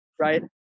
right